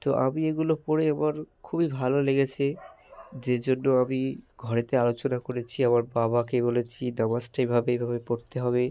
তো আমি এগুলো পড়ে আমার খুবই ভালো লেগেছে যে জন্য আমি ঘরেতে আলোচনা করেছি আমার বাবাকে বলেছি নামাজটা এভাবে এভাবে পড়তে হবে